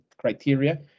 criteria